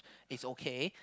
is okay